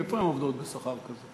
איפה הן עובדות בשכר כזה?